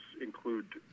include